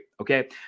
okay